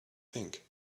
think